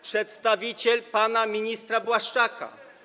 Przedstawiciel pana ministra Błaszczaka.